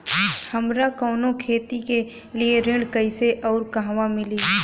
हमरा कवनो खेती के लिये ऋण कइसे अउर कहवा मिली?